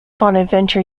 bonaventure